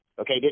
Okay